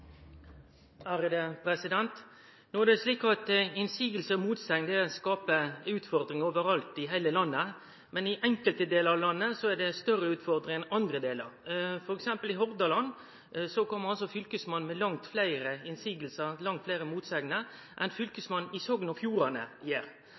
det slik at motsegn skaper utfordringar overalt i heile landet, men i enkelte delar av landet er det større utfordringar enn i andre delar. For eksempel i Hordaland kjem fylkesmannen med langt fleire